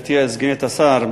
גברתי סגנית השר,